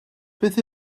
beth